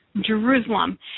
Jerusalem